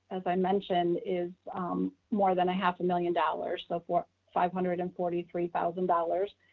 as i mentioned, is more than a half a million dollars. so for five hundred and forty three thousand dollars,